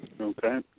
Okay